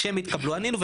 כשהן התקבלו ענינו.